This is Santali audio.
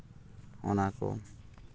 ᱚᱱᱟᱠᱚ